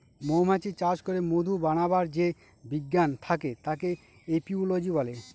মৌমাছি চাষ করে মধু বানাবার যে বিজ্ঞান থাকে তাকে এপিওলোজি বলে